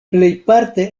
plejparte